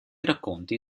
racconti